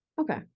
Okay